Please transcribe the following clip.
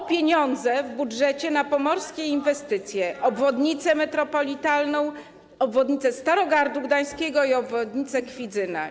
o pieniądze w budżecie na pomorskie inwestycje, obwodnicę metropolitalną, obwodnicę Starogardu Gdańskiego i obwodnicę Kwidzyna.